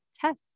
test